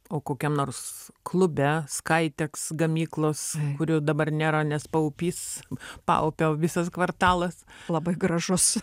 o kokiam nors klube skaiteks gamyklos kurio dabar nėra nes paupys paupio visas kvartalas labai gražus